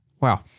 wow